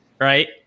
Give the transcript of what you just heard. Right